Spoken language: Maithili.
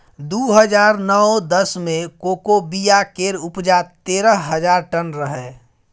दु हजार नौ दस मे कोको बिया केर उपजा तेरह हजार टन रहै